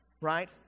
right